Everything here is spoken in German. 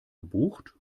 gebucht